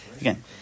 Again